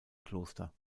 kloster